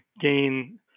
gain